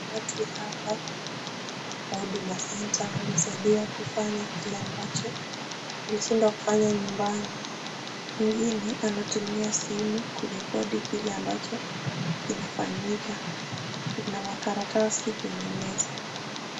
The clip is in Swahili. Watu hapa. Kwa Huduma Center wanasaidiwa kufanya kile ambacho walishindwa kufanya nyumbani. Mwingine anatumia simu kurekodi kile ambacho kinafanyika. Kuna makaratasi kwenye meza.